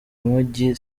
mujyi